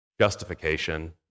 justification